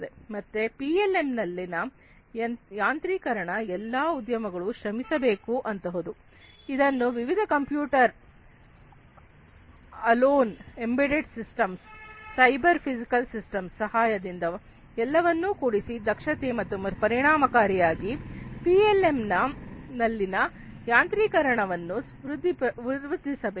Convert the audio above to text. ಮತ್ತೆ ಪಿಎಲ್ಎಂ ನಲ್ಲಿನ ಯಾಂತ್ರೀಕರಣ ಎಲ್ಲಾ ಉದ್ಯಮಗಳು ಶ್ರಮಿಸಬೇಕು ಅಂತಹುದು ಇದನ್ನು ವಿವಿಧ computer alone embedded systems cyber physical systems ಸಹಾಯದಿಂದ ಎಲ್ಲವನ್ನು ಕೂಡಿಸಿ ದಕ್ಷತೆ ಮತ್ತು ಪರಿಣಾಮಕಾರಿಯಾಗಿ ಪಿಎಲ್ಎಂ ನಲ್ಲಿನ ಯಾಂತ್ರೀಕರಣ ವನ್ನು ವೃದ್ಧಿಸಬೇಕು